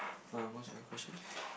uh what's your question